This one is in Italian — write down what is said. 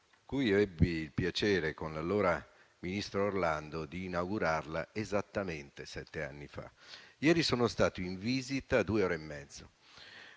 che ebbi il piacere, con l'allora ministro Orlando, di inaugurare esattamente sette anni fa. Ieri sono stato in visita due ore e mezzo.